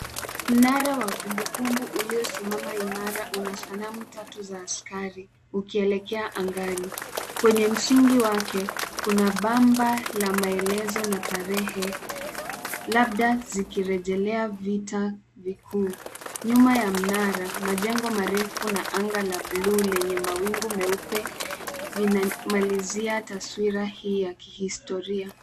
Mnara wa kumbukumbu uliosimama imara una sanamu tatu za askari ukielekea angani. Kwenye msingi wake kuna bamba la maelezo na tarehe labda zikirejelea vita vikuu. Nyuma ya mnara majengo marefu na anga la bluu lenye mawingu meupe vinamalizia taswira hii ya kihistoria.